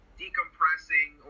decompressing